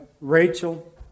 Rachel